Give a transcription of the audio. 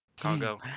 Congo